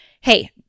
Hey